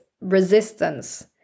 resistance